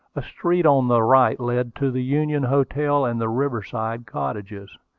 a street on the right led to the union hotel and the riverside cottages,